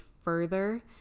further